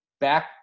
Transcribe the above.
back